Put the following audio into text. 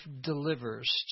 delivers